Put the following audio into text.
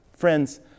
friends